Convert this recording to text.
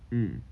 mm